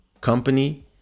company